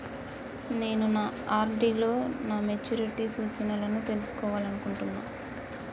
నేను నా ఆర్.డి లో నా మెచ్యూరిటీ సూచనలను తెలుసుకోవాలనుకుంటున్నా